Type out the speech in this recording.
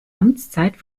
amtszeit